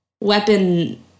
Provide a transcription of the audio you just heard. weapon